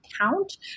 count